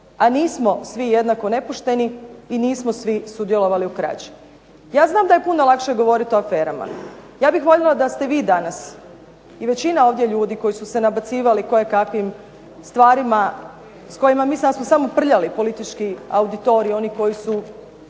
A nismo svi jednako nepošteni i nismo svi sudjelovali u krađi. Ja znam da je puno lakše govoriti o aferama, ja bih voljela da ste vi danas i većina ovdje ljudi koji su se nabacivali koje kakvim stvarima s kojima mi ... samo prljali politički auditorij onih koji su